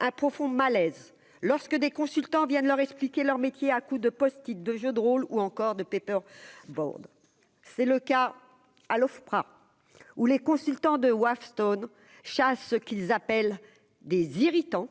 un profond malaise lorsque des consultants viennent leur expliquer leur métier à coups de post-it de jeux de rôles ou encore de Paper board, c'est le cas à l'Ofpra ou les consultants de Wavestone chasse ce qu'ils appellent des irritants